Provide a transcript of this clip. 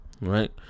Right